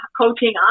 coaching